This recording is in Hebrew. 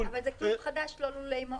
--- אבל זה --- חדש ללולי מעוף.